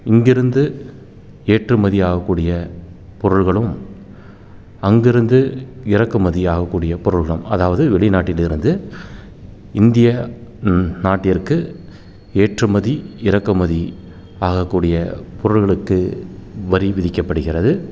இங்கிருந்து ஏற்றுமதியாகக்கூடிய பொருள்களும் அங்கிருந்து இறக்குமதியாகக்கூடிய பொருளும் அதாவது வெளிநாட்டிலிருந்து இந்திய நாட்டிற்கு ஏற்றுமதி இறக்குமதி ஆகக்கூடிய பொருள்களுக்கு வரி விதிக்கப்படுகிறது